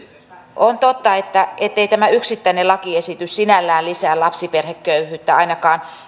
on totta ettei tämä yksittäinen lakiesitys sinällään lisää lapsiperheköyhyyttä ainakaan